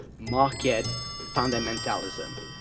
market fundamentalism.